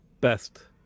best